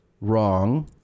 wrong